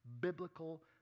biblical